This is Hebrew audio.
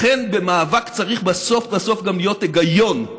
לכן, במאבק צריך בסוף בסוף גם להיות היגיון,